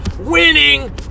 winning